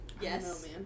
Yes